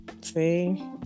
see